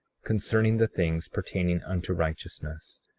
concerning the things pertaining unto righteousness.